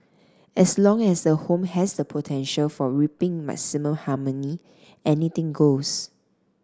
as long as the home has the potential for reaping maximum harmony anything goes